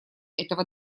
этого